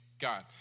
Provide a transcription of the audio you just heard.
God